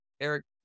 Eric